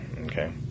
okay